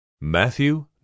Matthew